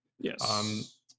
Yes